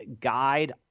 guide